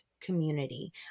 community